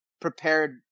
prepared